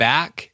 Back